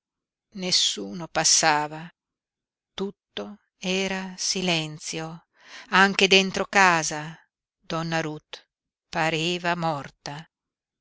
nessuno passava tutto era silenzio e anche dentro casa donna ruth pareva morta